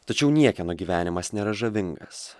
tačiau niekieno gyvenimas nėra žavingas